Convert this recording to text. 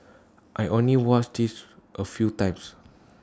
I only watched this A few times